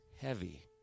heavy